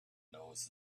knows